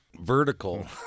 vertical